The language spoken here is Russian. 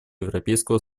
европейского